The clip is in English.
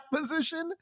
position